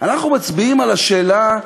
אנחנו מצביעים על השאלה: